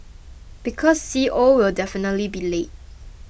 because C O will definitely be late